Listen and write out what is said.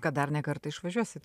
kad dar ne kartą išvažiuosit